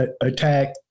attack